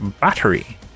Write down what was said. Battery